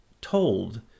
told